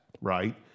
right